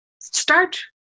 start